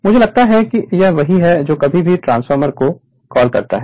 मुझे लगता है कि यह वही है जो किसी भी ट्रांसफार्मर को कॉल करता है